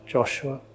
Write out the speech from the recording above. Joshua